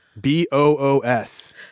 b-o-o-s